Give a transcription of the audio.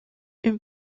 une